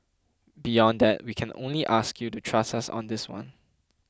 beyond that we can only ask you to trust us on this one